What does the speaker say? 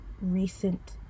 recent